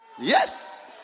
yes